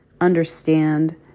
understand